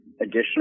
additional